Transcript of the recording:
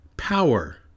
Power